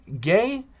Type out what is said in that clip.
gay